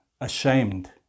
ashamed